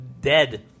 dead